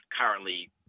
currently